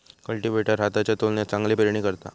cultivator हाताच्या तुलनेत चांगली पेरणी करता